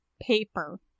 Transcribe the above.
Paper